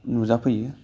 नुजाफैयो